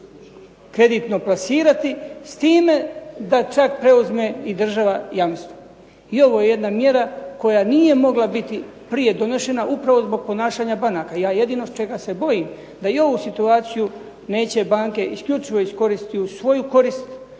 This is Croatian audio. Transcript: kreditno plasirati s time da čak preuzme i država jamstvo. I ovo je jedna mjera koja nije mogla biti prije donešena upravo zbog ponašanja banaka. Ja jedino čega se bojim da i ovu situaciju neće banke isključivo iskoristiti u svoju korist